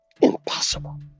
impossible